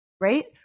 Right